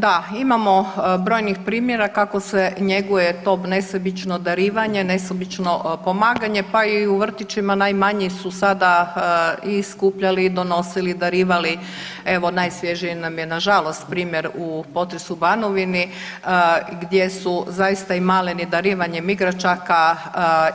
Da, imamo brojnih primjera kako se njeguje to nesebično darivanje, nesebično pomaganje pa i u vrtićima najmanji su sada i skupljali i donosili i darivali, evo najsvježiji nam je nažalost primjer u, potres u Banovini gdje su zaista i maleni darivanjem igračaka